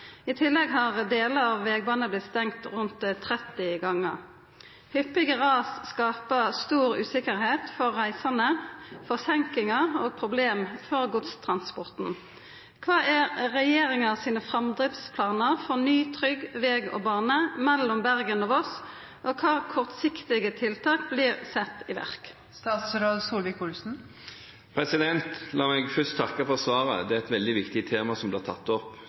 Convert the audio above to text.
i tillegg har delar av vegbana vorte stengd rundt 30 gongar. Hyppige ras skapar stor usikkerheit for reisande, forseinkingar og problem for godstransporten. Kva er regjeringa sine framdriftsplanar for ny, trygg veg og bane mellom Bergen og Voss, og kva kortsiktige tiltak vert sette i verk?» La meg først takke for spørsmålet. Det er et veldig viktig tema som blir tatt opp.